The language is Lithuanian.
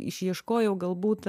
išieškojau galbūt